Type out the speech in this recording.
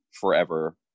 forever